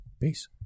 Peace